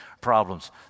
problems